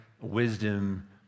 wisdom